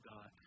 God